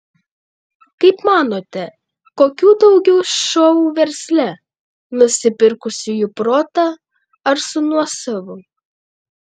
kaip manote kokių daugiau šou versle nusipirkusiųjų protą ar su nuosavu